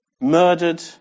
murdered